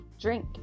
drink